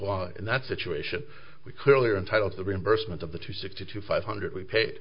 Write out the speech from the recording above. law in that situation we clearly are entitled to reimbursement of the two sixty two five hundred we pa